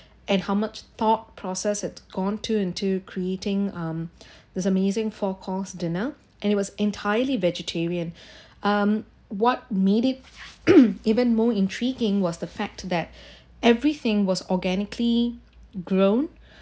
and how much thought process it gone to into creating um this amazing four course dinner and it was entirely vegetarian um what made it even more intriguing was the fact that everything was organically grown